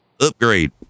Upgrade